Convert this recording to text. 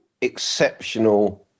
exceptional